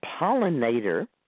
pollinator